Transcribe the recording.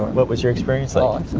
what was your experience ah